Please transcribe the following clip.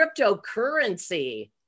cryptocurrency